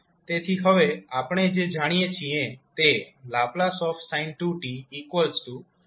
તેથી હવે આપણે જે જાણીએ છીએ તે ℒ sin 2t2s222 છે